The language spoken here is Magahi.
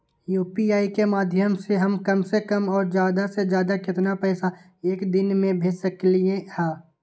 यू.पी.आई के माध्यम से हम कम से कम और ज्यादा से ज्यादा केतना पैसा एक दिन में भेज सकलियै ह?